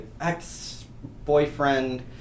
ex-boyfriend